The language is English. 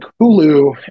Hulu